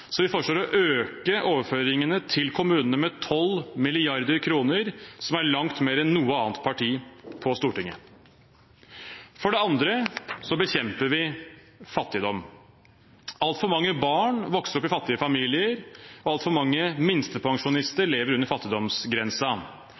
Så vi foreslår å øke overføringene til kommunene med 12 mrd. kr, som er langt mer enn noe annet parti på Stortinget. For det andre bekjemper vi fattigdom. Altfor mange barn vokser opp i fattige familier, og altfor mange minstepensjonister